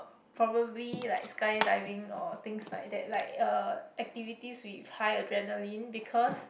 probably like skydiving or things like that like uh activities with high adrenaline because